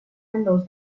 windows